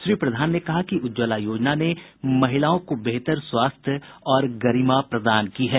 श्री प्रधान ने कहा कि उज्ज्वला योजना ने महिलाओं को बेहतर स्वास्थ्य और गरिमा प्रदान की है